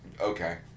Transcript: Okay